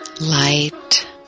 light